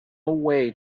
way